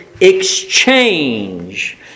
exchange